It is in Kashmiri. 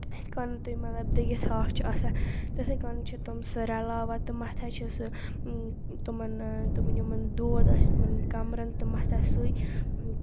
یِتھٕ کٔنۍ تُہۍ مطلب دٔگِتھ ہاکھ چھُ آسان تِتھَے کٔنۍ چھِ تِم سُہ رَلاوان تہٕ مَتھان چھِ سُہ تِمَن آ دوٚپُن یِمَن دود آسہِ تِمن کَمرَن تہٕ مَتھان سُے